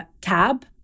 tab